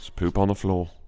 poop on the floor.